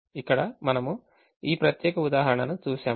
ఇక్కడ మనము ఈ ప్రత్యేక ఉదాహరణను చూశాము